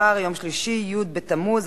מנועי (מס' 19) (מרכיב ההעמסה בתעריף הביטוח),